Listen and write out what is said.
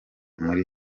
muri